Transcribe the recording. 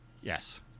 Yes